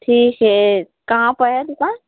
ठीक हे कहाँ पर है दुकान